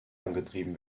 angetrieben